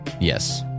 yes